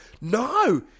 no